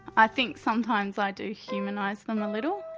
i think sometimes i do humanise them a little,